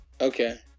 okay